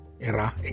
era